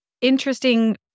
interesting